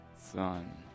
Son